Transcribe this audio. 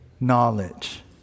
knowledge